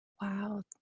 Wow